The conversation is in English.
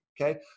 okay